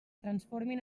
transformin